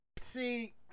See